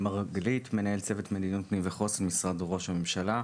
מנהל צוות מדיניות פנים וחוסן במשרד ראש הממשלה.